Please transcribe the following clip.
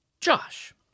Josh